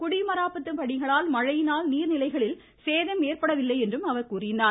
குடிமராமத்துப் பணிகளால் மழையினால் நீர்நிலைகளில் சேதம் ஏற்படவில்லை என்றும் கூறினார்